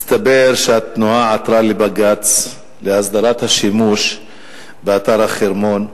מסתבר שהתנועה עתרה לבג"ץ להסדרת השימוש באתר החרמון,